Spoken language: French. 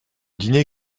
dîner